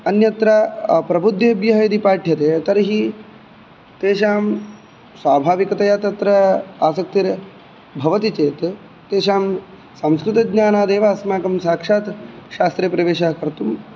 अन्यत्र प्रबुद्देभ्यः यदि पाठ्यते तर्हि तेषां स्वाभाविकतया तत्र आसक्तिर् भवति चेत् तेषां संस्कृतज्ञानादेव अस्माकं साक्षात् शास्त्रे प्रवेशः कर्तुं